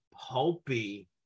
pulpy